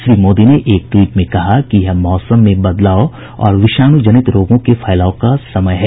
श्री मोदी ने एक ट्वीट में कहा कि यह मौसम में बदलाव और विषाणु जनित रोगों के फैलाव का समय है